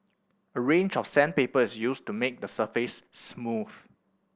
a range of sandpaper is used to make the surface smooth